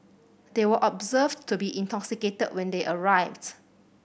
they were observed to be intoxicated when they arrived